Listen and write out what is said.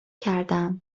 کردم